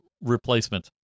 replacement